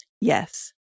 Yes